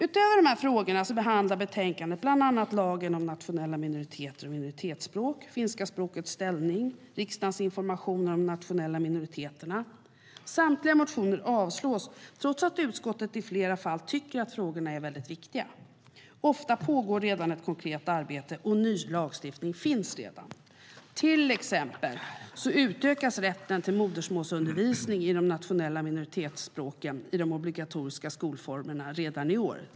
Utöver de här frågorna behandlar betänkandet bland annat lagen om nationella minoriteter och minoritetsspråk, finska språkets ställning och riksdagens information om de nationella minoriteterna. Samtliga motioner avslås, trots att utskottet i flera fall tycker att frågorna är väldigt viktiga. Ofta pågår redan ett konkret arbete, och ny lagstiftning finns redan. Till exempel utökas rätten till modersmålsundervisning i de nationella minoritetsspråken i de obligatoriska skolformerna redan i år.